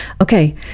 Okay